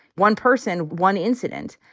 one person, one incident,